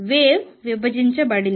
wave విభజించబడింది